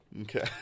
Okay